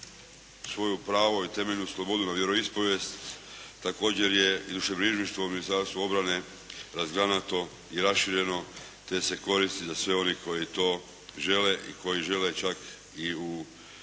svoje pravo i temeljnu slobodu na vjeroispovijest. Također je …/Govornik se ne razumije./… Ministarstvo obrane razgranato i rašireno te se koristi za sve one koji to žele i koji žele čak i u